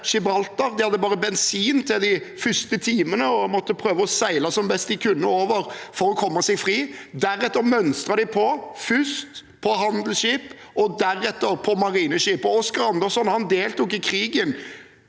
De hadde bare bensin til de første timene og måtte prøve å seile som best de kunne over, for å komme seg fri. Deretter mønstret de på, først på handelsskip, deretter på marineskip. Oscar Anderson deltok i krigen